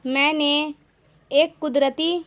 میں نے ایک قدرتی